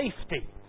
safety